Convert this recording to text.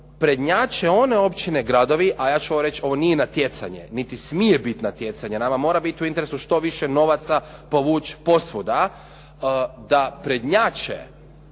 prednjače one općine i gradovi, a ja ću vam reći da ovo nije natjecanje, niti biti natjecanje, nama mora biti u interesu što više novaca povući posvuda da prednjače